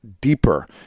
deeper